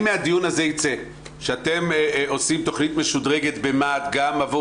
אם מהדיון הזה ייצא שאתם עושים תכנית משודרגת במה"ט גם עבור